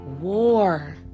war